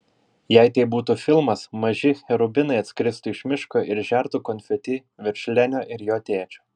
jei tai būtų filmas maži cherubinai atskristų iš miško ir žertų konfeti virš lenio ir jo tėčio